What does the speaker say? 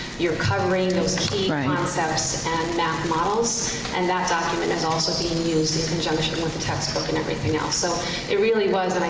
you're covering those key concepts and math models and that document is also being used in conjunction with the textbook and everything else, so it really was, and